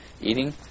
eating